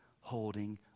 holding